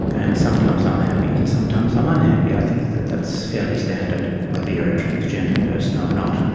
and sometimes i'm happy and sometimes i'm unhappy. i think that that's fairly standard whether you're a transgendered person or not.